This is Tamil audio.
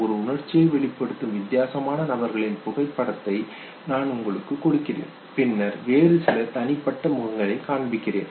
ஒரு உணர்ச்சியை வெளிப்படுத்தும் வித்தியாசமான நபர்களின் புகைப்படத்தை நான் உங்களுக்குக் கொடுக்கிறேன் பின்னர் வேறு சில தனிப்பட்ட முகங்களைக் காண்பிக்கிறேன்